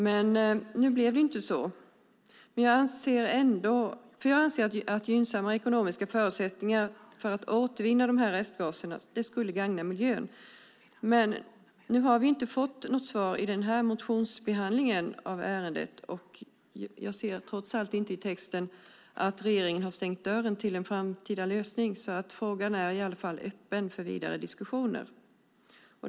Men nu blev det inte så. Jag anser att gynnsammare ekonomiska förutsättningar för att återvinna de här restgaserna skulle gagna miljön. Nu har vi inte fått något svar i den här motionsbehandlingen, men jag ser trots allt inte i texten att regeringen har stängt dörren för en framtida lösning. Frågan är i alla fall öppen för vidare diskussioner.